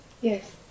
yes